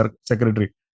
secretary